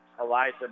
Eliza